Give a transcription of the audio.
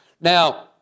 Now